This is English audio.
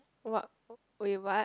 what wait what